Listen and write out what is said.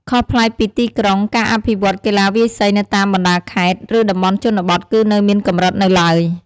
ខុសប្លែកពីទីក្រុង ការអភិវឌ្ឍន៍កីឡាវាយសីនៅតាមបណ្ដាខេត្ត ឬតំបន់ជនបទគឺនៅមានកម្រិតនៅទ្បើយ។